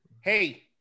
hey